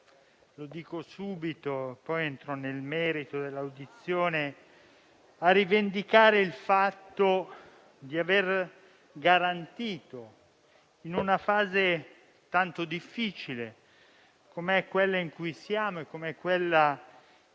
Dico subito, prima di entrare nel merito dell'audizione, che fa bene a rivendicare il fatto di aver garantito, in una fase tanto difficile come quella in cui siamo e come quella